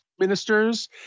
Ministers